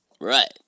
Right